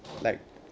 like